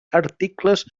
articles